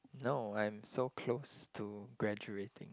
no I'm so close to graduating